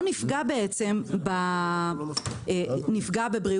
יקבע תנאים אלא בעניינים הנוגעים לאופן ביצוע העבודה המבוקשת או